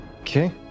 Okay